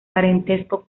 parentesco